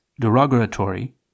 derogatory